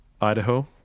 Idaho